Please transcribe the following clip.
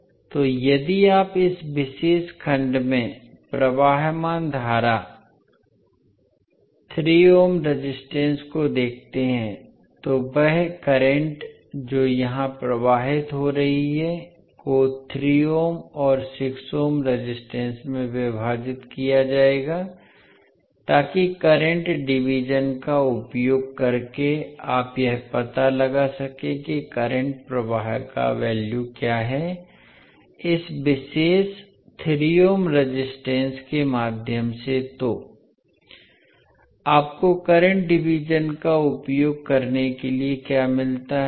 इसलिए यदि आप इस विशेष खंड में प्रवाहमान धारा 3 ओम रेजिस्टेंस को देखते हैं तो वह धारा जो यहां प्रवाहित हो रही है को 3 ओम और 6 ओम रेजिस्टेंस में विभाजित किया जाएगा ताकि करंट डिवीज़न का उपयोग करके आप यह पता लगा सकें कि करंट प्रवाह का वैल्यू क्या है इस विशेष 3 ओम रेजिस्टेंस के माध्यम से तो आपको करंट डिवीज़न का उपयोग करने के लिए क्या मिलता है